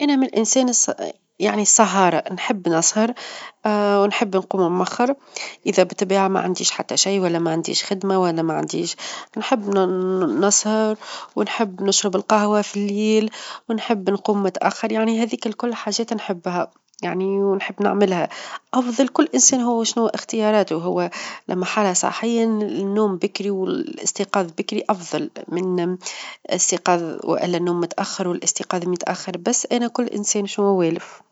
أنا من الإنسان -الس- يعني السهارة نحب نسهر ونحب نقوم مأخر، إذا بالطبيعة ما عنديش حتى شي، ولا ما عنديش خدمة، ولا ما عنديش نحب -نن- نسهر، ونحب نشرب القهوة في الليل، ونحب نقوم متأخر، يعني هاذيك الكل حاجات نحبها، يعني ونحب نعملها، أفظل كل إنسان هو وشنو اختياراتو، هو لا محالة صحيًا النوم بكري، والاستيقاظ بكري أفظل من -الاستيقاظ- ولا النوم متأخر، والاستيقاظ متأخر، بس أنا كل إنسان شنو هو والف.